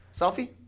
Selfie